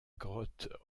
grotte